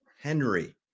Henry